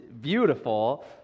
beautiful